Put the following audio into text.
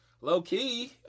Low-key